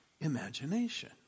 imagination